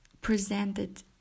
presented